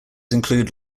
include